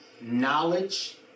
knowledge